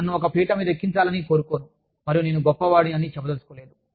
నన్ను ఒక పీఠం మీద ఎక్కించాలని కోరుకోను మరియు నేను గొప్పవాడిని అని చెప్పదలచుకోలేదు